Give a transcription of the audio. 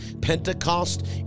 Pentecost